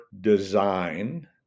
design